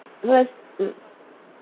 the mmhmm